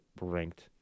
ranked